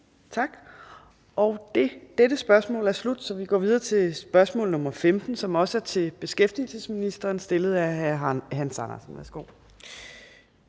Tak. Og dette spørgsmål er slut. Vi går videre til spørgsmål nr. 15, som også er til beskæftigelsesministeren stillet af hr. Hans Andersen.